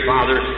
Father